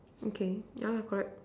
okay yeah correct